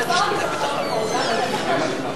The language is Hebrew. אבל שר הביטחון פה.